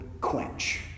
quench